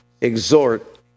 exhort